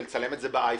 ולצלם את זה בנייד.